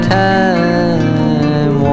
time